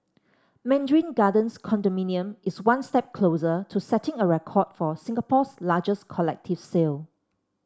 mandarin Gardens condominium is one step closer to setting a record for Singapore's largest collective sale